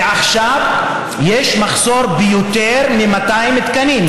ועכשיו יש מחסור ביותר מ-200 תקנים,